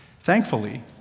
Thankfully